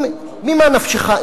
ממך נפשך?